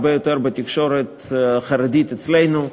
הרבה יותר בתקשורת החרדית אצלנו,